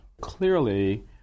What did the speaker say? Clearly